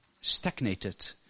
stagnated